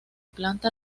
planta